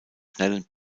schnellen